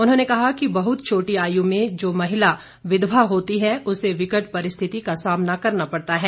उन्होंने कहा कि बहुत छोटी आयु में जो महिला विधवा होती है उसे विकट परिस्थिति का सामना करना पड़ता है